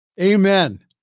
Amen